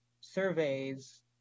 surveys